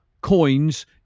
coins